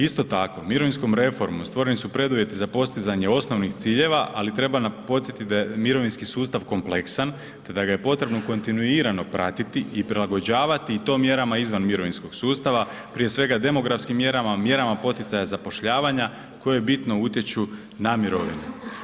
Isto tako mirovinskom reformom stvoreni su preduvjeti za postizanje osnovnih ciljeva, ali treba podsjetit da je mirovinski sustav kompleksan, te da ga je potrebno kontinuirano pratiti i prilagođavati i to mjerama izvan mirovinskog sustava, prije svega demografskim mjerama, mjerama poticaja zapošljavanja koje bitno utječu na mirovinu.